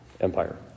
Empire